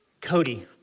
Cody